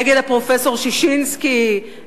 נגד פרופסור ששינסקי,